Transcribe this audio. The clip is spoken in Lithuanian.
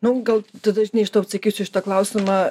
nu gal tada žinai aš tau atsakysiu į šitą klausimą